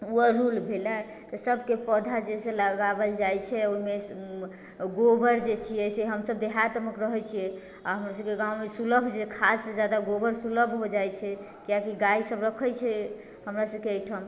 ओ अरहुल भेलै सबके पौधा जे छै से लगाओल जाइ छै ओहिमे गोबर जे छै से हमसब देहातमे रहै छिए आओर हमर सबके गाममे सुलभ छै खादसँ ज्यादा गोबर सुलभ हो जाइ छै कियाकि गाइ सब रखै छै हमरा सबके एहिठाम